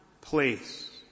place